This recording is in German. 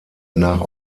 nach